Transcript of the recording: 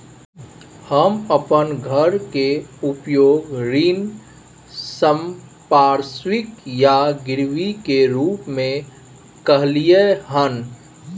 हम अपन घर के उपयोग ऋण संपार्श्विक या गिरवी के रूप में कलियै हन